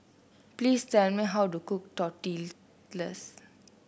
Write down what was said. please tell me how to cook Tortillas